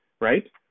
right –